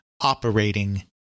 operating